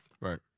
Right